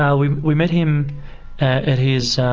ah we we met him at his